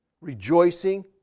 rejoicing